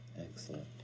Excellent